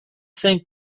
think